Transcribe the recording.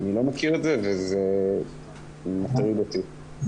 אני לא מכיר את זה וזה מטריד אותי.